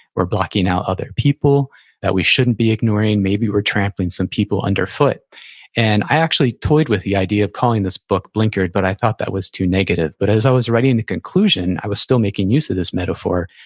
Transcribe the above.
we're blocking out other people that we shouldn't be ignoring, maybe we're trampling some people underfoot and i actually toyed with the idea of calling this book blinkered, but i thought that was too negative. but as i was writing the conclusion, i was still making use of this metaphor.